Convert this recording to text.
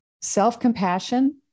self-compassion